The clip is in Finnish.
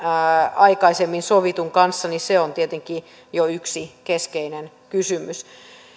aikaisemmin sovitun kanssa on tietenkin jo yksi keskeinen kysymys